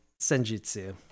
Senjutsu